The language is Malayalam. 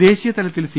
ദേശീയ തലത്തിൽ സി